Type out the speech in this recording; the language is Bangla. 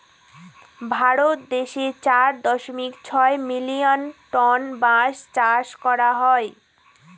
ভারত দেশে চার দশমিক ছয় মিলিয়ন টন বাঁশ চাষ করা হয়